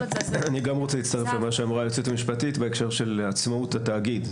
אני גם רוצה להצטרף למה שאמרה היועצת המשפטית בהקשר של עצמאות התאגיד,